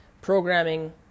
programming